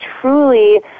truly